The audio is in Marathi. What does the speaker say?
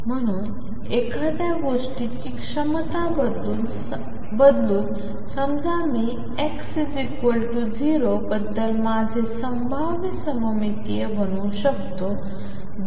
म्हणून एखाद्या गोष्टीची क्षमता बदलून समजा मी x 0 बद्दल माझे संभाव्य सममितीय बनवू शकतो